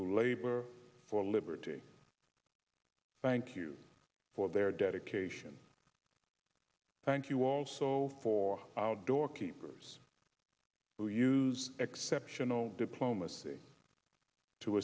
labor for liberty thank you for their dedication thank you also for our doorkeepers who use exceptional diplomacy to